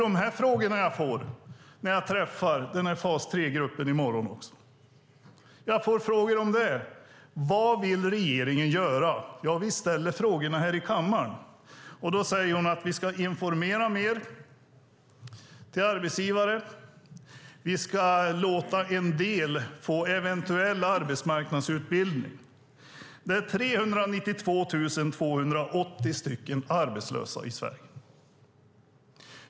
De här frågorna kommer jag att få när jag träffar fas 3-gruppen i morgon. Vad vill regeringen göra? Vi ställer frågan här i kammaren. Hillevi Engström säger att vi ska informera arbetsgivarna mer och låta en del få eventuell arbetsmarknadsutbildning. Vi har 392 280 arbetslösa i Sverige.